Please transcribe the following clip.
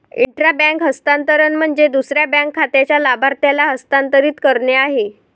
intra bank हस्तांतरण म्हणजे दुसऱ्या बँक खात्याच्या लाभार्थ्याला हस्तांतरित करणे आहे